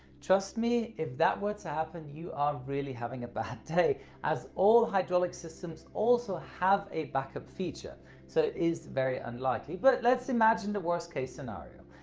trust me if that were to happen you are really having a bad day as all hydraulic systems also have a backup feature so it is very unlikely. but let's imagine the worst-case scenario.